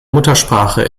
muttersprache